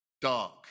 dark